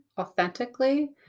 authentically